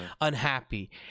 unhappy